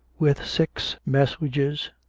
with six messuages,